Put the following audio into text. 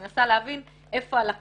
אני מנסה להבין איפה הלקונה,